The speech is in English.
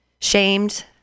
shamed